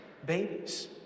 babies